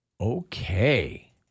Okay